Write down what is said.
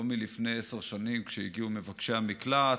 לא מלפני עשר שנים כשהגיעו מבקשי המקלט,